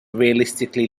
realistically